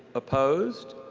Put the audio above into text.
opposed?